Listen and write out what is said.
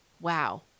Wow